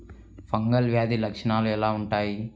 Fungal వ్యాధి లక్షనాలు ఎలా వుంటాయి?